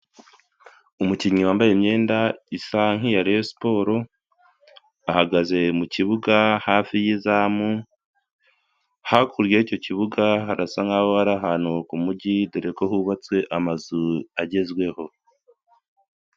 Umukinnyi wambaye imyenda isa nk'iya Reyosiporo ahagaze mu kibuga hafi y'izamu, hakurya y'icyo kibuga harasa nk'aho hari ahantu ho ku mujyi dore ko hubatswe amazu agezweho.